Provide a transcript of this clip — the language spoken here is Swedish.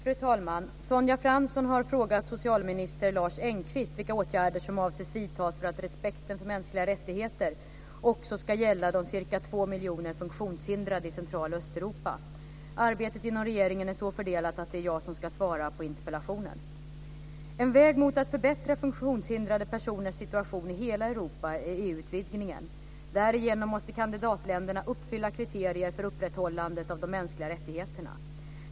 Fru talman! Sonja Fransson har frågat socialminister Lars Engqvist vilka åtgärder som avses vidtas för att respekten för mänskliga rättigheter också ska gälla de ca 2 miljoner funktionshindrade i Central och Arbetet inom regeringen är så fördelat att det är jag som ska svara på interpellationen. En väg mot att förbättra funktionshindrade personers situation i hela Europa är EU-utvidgningen. Därigenom måste kandidatländerna uppfylla kriterier för upprätthållandet av de mänskliga rättigheterna.